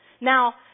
Now